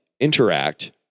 interact